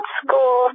school